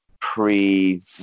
pre